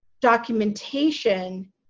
documentation